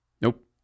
Nope